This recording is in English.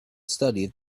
studied